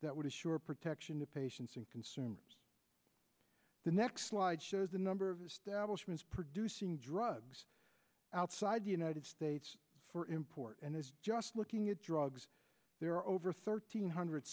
that would assure protection to patients and consumers the next slide shows the number of establishment producing drugs outside the united states for import and is just looking at drugs there over third hundred